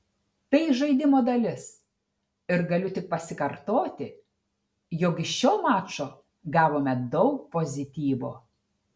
tai žaidimo dalis ir galiu tik pasikartoti jog iš šio mačo gavome daug pozityvo